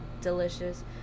delicious